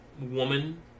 woman